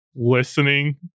listening